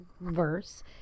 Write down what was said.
verse